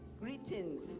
greetings